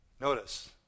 Notice